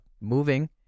moving